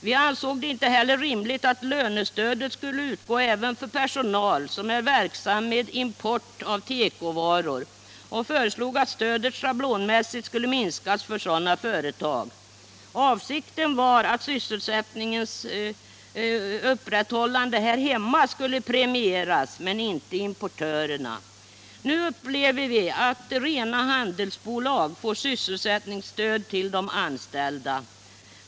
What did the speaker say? Vi ansåg det inte heller rimligt att lönestödet skulle utgå även för personal som är verksam med import av tekovaror, och föreslog att stödet schablonmässigt skulle minskas för sådana företag. Avsikten var att sysselsättningens upprätthållande här hemma skulle premieras men inte importörerna. Nu upplever vi att rena handelsbolag får sysselsättningsstöd till de anställda.